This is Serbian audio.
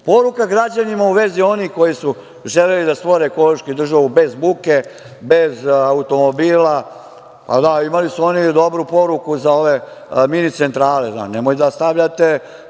sluh. Poruka građanima u vezi onih koji su želeli da stvore ekološku državu bez buke, bez automobila. Imali su oni i dobru poruku za ove mini centrale, nemoj da stavljate,